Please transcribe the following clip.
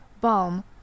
balm